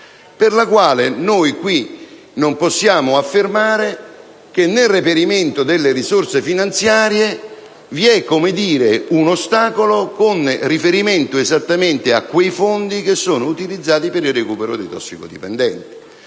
per la quale noi qui non possiamo affermare che nel reperimento delle risorse finanziarie vi è un ostacolo con riferimento esattamente a quei fondi che sono attualmente utilizzati per il recupero dei tossicodipendenti.